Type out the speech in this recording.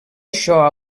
això